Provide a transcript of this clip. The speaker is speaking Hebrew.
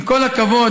עם כל הכבוד,